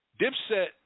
Dipset